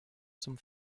zum